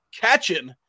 catching